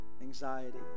anxiety